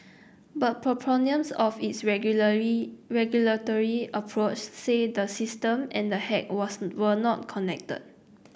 but of its ragulary regulatory approach say the system and the hack was were not connected